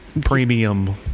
premium